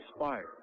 inspired